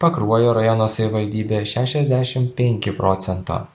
pakruojo rajono savivaldybė šešiasdešim penki procento